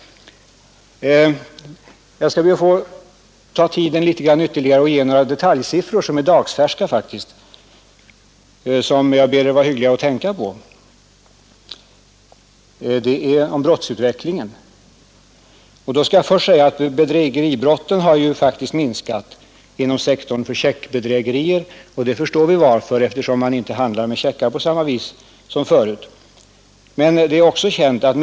Jag skall därför be att få ta tiden ytterligare något i anspråk för att ge några detaljsiffror som faktiskt är dagsfärska och som jag ber er vara hyggliga att tänka på. Siffrorna gäller brottsutvecklingen i Stockholm. Checkbedrägerierna har minskat, och vi förstår varför — man handlar ju inte med check i samma utsträckning som tidigare.